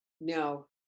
no